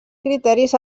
criteris